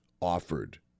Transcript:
offered